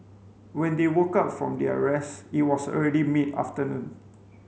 when they woke up from their rest it was already mid afternoon